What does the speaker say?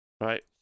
right